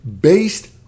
based